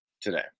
today